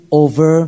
over